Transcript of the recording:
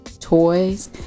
toys